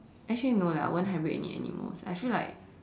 actually no leh I won't hybrid any animals I feel like